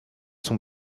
sont